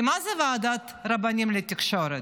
כי מה זה ועדת רבנים לתקשורת?